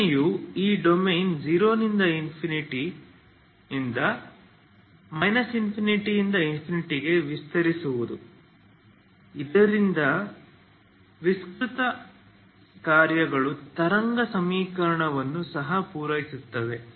ಕಲ್ಪನೆಯು ಈ ಡೊಮೇನ್ 0 ∞ ನಿಂದ ∞∞ ಗೆ ವಿಸ್ತರಿಸುವುದು ಇದರಿಂದ ವಿಸ್ತರಿತ ಕಾರ್ಯಗಳು ತರಂಗ ಸಮೀಕರಣವನ್ನು ಸಹ ಪೂರೈಸುತ್ತವೆ